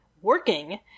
working